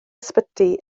ysbyty